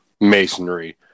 masonry